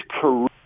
career